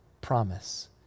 promise